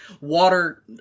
water